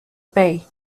bay